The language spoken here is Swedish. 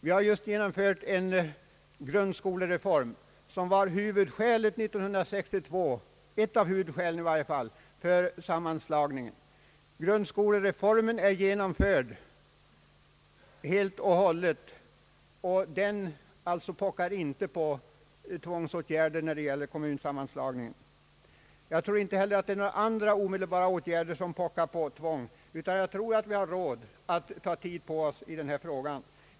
Vi har just genomfört en grundskolereform, som 1962 i varje fall var ett av huvudskälen för sammanslagningen. Grundskolereformen är genomförd vad gäller planeringen av högstadiet, och den pockar alltså inte på tvångsåtgärder för kommunsammanslagningen. Det föreligger inte heller några andra frågor som pockar på omedelbara tvångsåtgärder, utan jag tror att vi har råd att ta tid på oss i denna fråga.